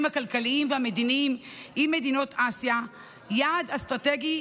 הכלכליים והמדיניים עם מדינות אסיה יעד אסטרטגי,